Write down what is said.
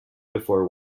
before